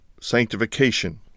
sanctification